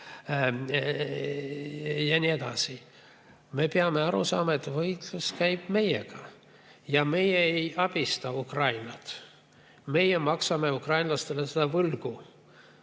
Ja nii edasi. Me peame aru saama, et võitlus käib meiega. Ja meie ei abista Ukrainat, meie maksame ukrainlastele seda võlga.